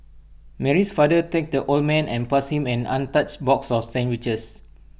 Mary's father thanked the old man and passed him an untouched box of sandwiches